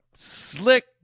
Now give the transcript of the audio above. Slick